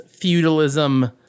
feudalism